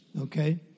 Okay